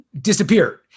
disappeared